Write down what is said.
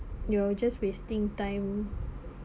you're just wasting time